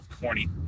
Corny